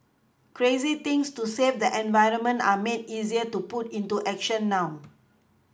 crazy things to save the environment are made easier to put into action now